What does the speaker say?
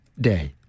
Day